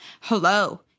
Hello